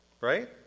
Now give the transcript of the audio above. Right